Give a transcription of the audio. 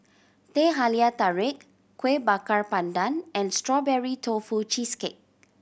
Teh Halia Tarik Kuih Bakar Pandan and Strawberry Tofu Cheesecake